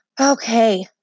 Okay